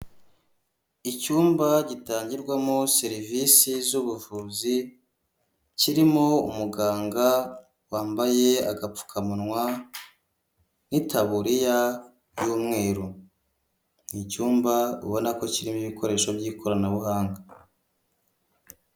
Icyumba gitangirwamo serivisi z'ubuvuzi, kirimo umuganga wambaye agapfukamunwa n'itaburiya y'umweru. Ni icyumba ubona ko kirimo ibikoresho by'ikoranabuhanga.